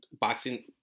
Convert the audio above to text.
boxing